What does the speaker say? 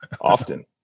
often